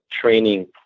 training